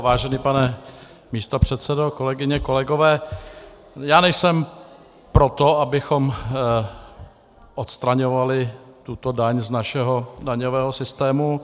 Vážený pane místopředsedo, kolegyně, kolegové, já nejsem pro to, abychom odstraňovali tuto daň z našeho daňového systému.